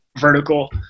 vertical